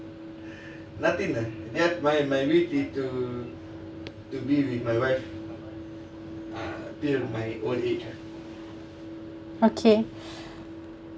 okay